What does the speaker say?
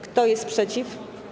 Kto jest przeciw?